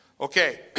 Okay